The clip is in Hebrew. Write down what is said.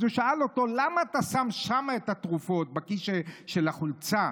אז הוא שאל אותו: למה אתה שם את התרופות בכיס של החולצה?